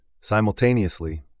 Simultaneously